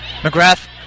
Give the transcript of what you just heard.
McGrath